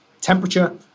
temperature